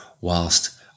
whilst